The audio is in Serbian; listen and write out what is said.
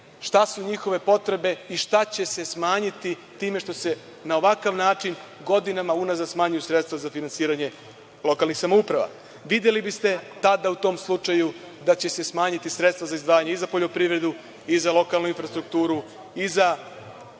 šta su njihove potrebe i šta će se smanjiti time što se na ovakav način godinama unazad smanjuju sredstva za finansiranje lokalnih samouprava. U tom slučaju biste videli da će se smanjiti sredstva za izdvajanje i za poljoprivredu, i za lokalnu infrastrukturu, i za